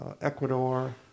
ecuador